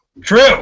True